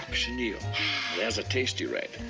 cochineal. there's a tasty red,